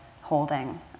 holding